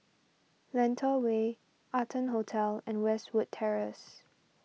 Lentor Way Arton Hotel and Westwood Terrace